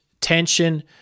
tension